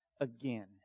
again